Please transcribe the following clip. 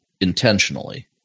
intentionally